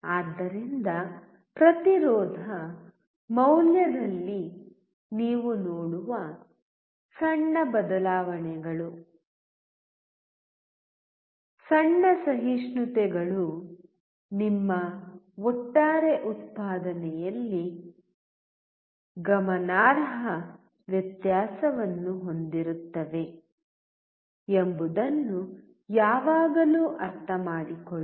ಆದ್ದರಿಂದ ಪ್ರತಿರೋಧ ಮೌಲ್ಯದಲ್ಲಿ ನೀವು ನೋಡುವ ಸಣ್ಣ ಬದಲಾವಣೆಗಳು ಸಣ್ಣ ಸಹಿಷ್ಣುತೆಗಳು ನಿಮ್ಮ ಒಟ್ಟಾರೆ ಉತ್ಪಾದನೆಯಲ್ಲಿ ಗಮನಾರ್ಹ ವ್ಯತ್ಯಾಸವನ್ನು ಹೊಂದಿರುತ್ತವೆ ಎಂಬುದನ್ನು ಯಾವಾಗಲೂ ಅರ್ಥಮಾಡಿಕೊಳ್ಳಿ